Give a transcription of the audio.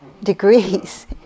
degrees